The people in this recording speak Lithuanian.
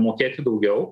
mokėti daugiau